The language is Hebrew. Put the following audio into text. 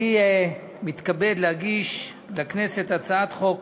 אני מתכבד להגיש לכנסת הצעת חוק